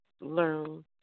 learn